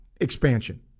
expansion